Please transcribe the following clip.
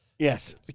Yes